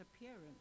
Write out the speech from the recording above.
appearance